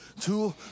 two